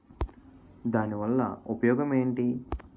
దాని వల్ల ఉపయోగం ఎంటి?